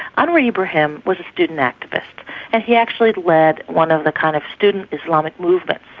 anwar ibrahim was a student activist and he actually led one of the kind of student islamic movements.